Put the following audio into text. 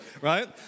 Right